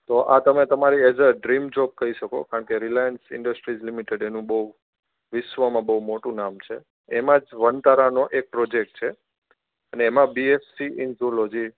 તો આ તમે તમારી એ જ ડ્રીમ જોબ કહી શકો કારણ કે રિલાયન્સ ઇન્ડરસ્ટ્રીટ લિમિટેડ એનું બોઉ વિશ્વમાં બહુ મોટું નામ છે એમા વનતારાનો એક પ્રોજેક્ટ છે એમાં બીએસસી ઇન ઝૂલોજી